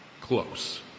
Close